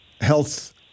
health